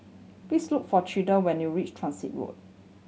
please look for Clyde when you reach Transit Road